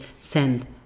send